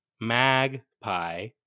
magpie